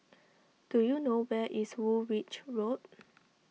do you know where is Woolwich Road